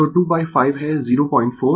तो 25 है 04 कोण 1-2√